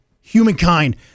humankind